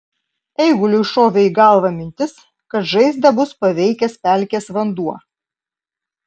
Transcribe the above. eiguliui šovė į galvą mintis kad žaizdą bus paveikęs pelkės vanduo